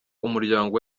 umuryango